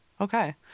Okay